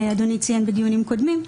שאדוני ציין בדיונים קודמים,